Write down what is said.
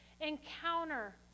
encounter